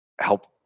help